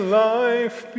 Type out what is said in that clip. life